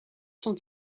sont